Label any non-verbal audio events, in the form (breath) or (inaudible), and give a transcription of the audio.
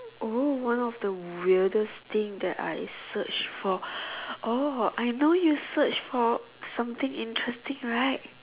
oh one of the weirdest thing that I search for (breath) orh I know you searched for something interesting right